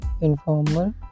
informal